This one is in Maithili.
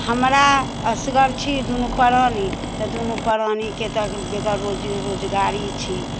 हमरा असगर छी दुनू परानी तऽ दुनू परानीके तऽ बेगर रोज रोजगारी छी